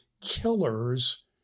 killers